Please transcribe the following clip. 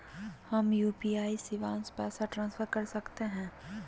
हम यू.पी.आई शिवांश पैसा ट्रांसफर कर सकते हैं?